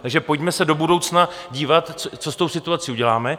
Takže pojďme se do budoucna dívat, co s tou situací uděláme.